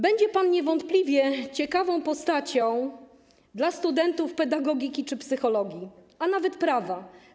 Będzie pan niewątpliwie ciekawą postacią dla studentów pedagogiki czy psychologii, a nawet prawa.